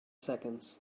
seconds